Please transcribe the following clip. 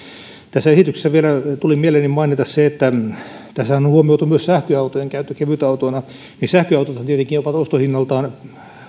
tästä esityksestä vielä tuli mieleeni mainita se että kun tässä on huomioitu myös sähköautojen käyttö kevytautoina niin sähköautothan tietenkin ovat ostohinnaltaan